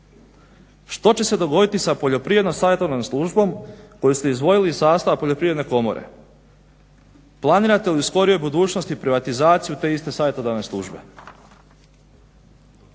Što će se dogoditi sa poljoprivrednom savjetodavnom službom koju ste izdvojili iz sastava poljoprivredne komore. Planirate li u skorijoj budućnosti privatizaciju te iste savjetodavne službe?